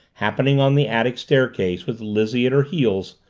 happening on the attic staircase with lizzie at her heels,